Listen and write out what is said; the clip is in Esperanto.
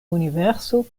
universo